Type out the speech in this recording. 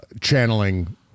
channeling